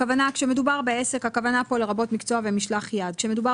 כשמדובר ב"עסק" הכוונה פה "לרבות מקצוע ומשלח יד"; כשמדובר